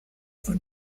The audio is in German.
von